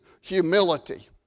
humility